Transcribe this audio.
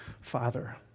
father